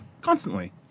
Constantly